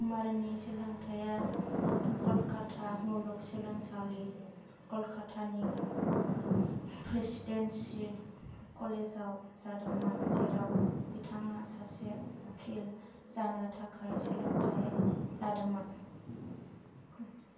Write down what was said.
कुमारनि सोलोंथाया कलकत्ता मुलुगसोलोंसालि कलकातानि प्रेसिडेन्सि कलेजाव जादोंमोन जेराव बिथाङा सासे उकिल जानो थाखाय सोलोंथाय लादोंमोन